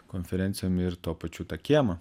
konferencijom ir tuo pačiu tą kiemą